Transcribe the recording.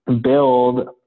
build